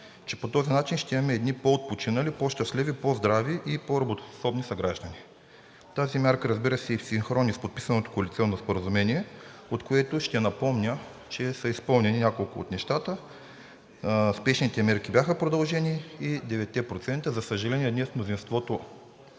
че по този начин ще имаме едни по-отпочинали, по-щастливи, по-здрави и по-работоспособни съграждани. Тази мярка, разбира се, е в синхрон и с подписаното коалиционно споразумение, от което ще напомня, че са изпълнени няколко от нещата. Спешните мерки бяха продължени. За съжаление, днес мнозинството